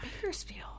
Bakersfield